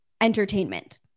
entertainment